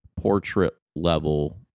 portrait-level